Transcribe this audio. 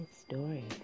Story